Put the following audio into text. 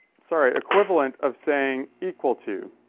sorry. equivalent of saying equal to.